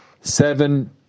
seven